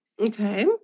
okay